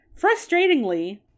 frustratingly